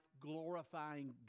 glorifying